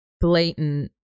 blatant